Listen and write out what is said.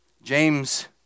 James